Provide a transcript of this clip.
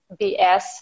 BS